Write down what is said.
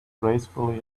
gracefully